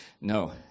No